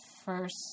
first